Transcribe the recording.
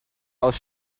aus